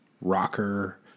rocker